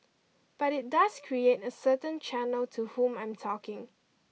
but it does create a certain channel to whom I'm talking